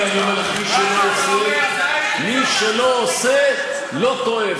הנה אני אומר: מי שלא עושה לא טועה,